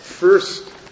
first